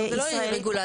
לא, זה לא יהיה רגולציה.